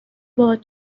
باهات